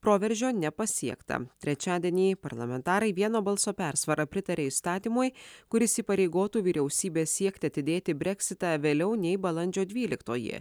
proveržio nepasiekta trečiadienį parlamentarai vieno balso persvara pritarė įstatymui kuris įpareigotų vyriausybę siekti atidėti breksitą vėliau nei balandžio dvyliktoji